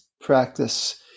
practice